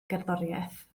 gerddoriaeth